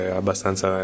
abbastanza